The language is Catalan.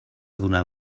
donar